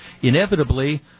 inevitably